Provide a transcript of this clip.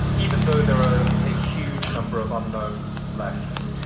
even though there are a huge number of unknowns left,